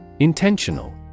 Intentional